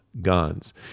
guns